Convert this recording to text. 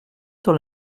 sur